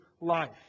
life